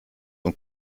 und